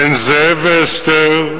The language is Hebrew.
בן זאב ואסתר,